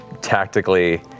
tactically